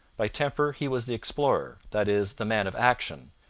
by temper he was the explorer, that is, the man of action,